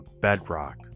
bedrock